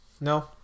No